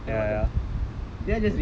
I remember going to perumal temple